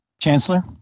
Chancellor